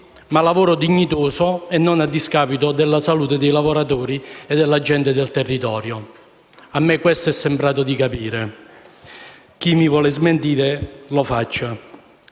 ma lavoro dignitoso e non a discapito della salute dei lavoratori e della gente del territorio. A me questo è sembrato di capire, e chi mi vuole smentire lo faccia.